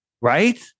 Right